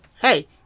hey